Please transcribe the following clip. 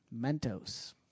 Mentos